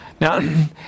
Now